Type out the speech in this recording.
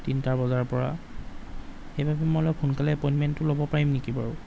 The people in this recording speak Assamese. তিনিটা বজাৰপৰা সেইবাবে মই অলপ সোনকালে এপইণ্টমেণ্টো ল'ব পাৰিম নেকি বাৰু